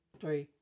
three